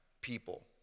people